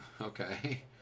Okay